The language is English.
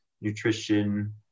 nutrition